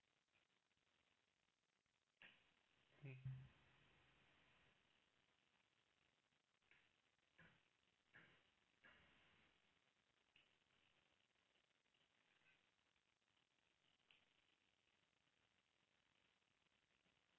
mmhmm